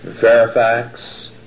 Fairfax